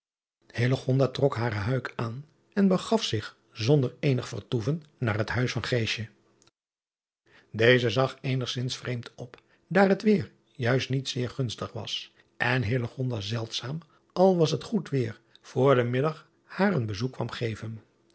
trok hare huik aan en begaf zich zonder eenig vertoeven naar het huis van eze zag eenigzins vreemd op daar het weêr juist niet zeer gunstig was en zeldzaam al was het goed weêr voor den middag haar een bezoek kwam geven